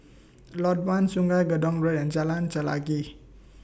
Lot one Sungei Gedong Road and Jalan Chelagi